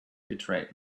betrayed